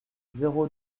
zéro